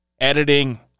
Editing